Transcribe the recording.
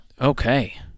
Okay